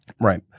Right